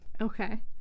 Okay